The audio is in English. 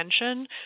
attention